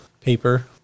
paper